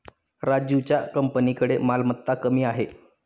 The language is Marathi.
राजीवच्या कंपनीकडे मालमत्ता कमी आहे